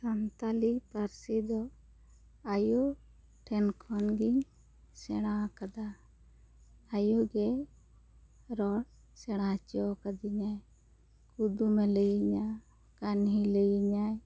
ᱥᱟᱱᱛᱟᱞᱤ ᱯᱟᱹᱨᱥᱤ ᱫᱚ ᱟᱭᱚ ᱴᱷᱮᱱ ᱠᱷᱚᱱ ᱜᱮᱧ ᱥᱮᱬᱟᱣ ᱠᱟᱫᱟ ᱟᱭᱚ ᱜᱮ ᱨᱚᱲ ᱥᱮᱬᱟ ᱦᱚᱪᱚᱣ ᱠᱟᱹᱫᱤᱧᱟᱭ ᱠᱩᱫᱩᱢᱮ ᱞᱟᱹᱭᱟᱹᱧᱟ ᱠᱟᱹᱦᱱᱤᱭᱮ ᱞᱟᱹᱭᱟᱹᱧᱟ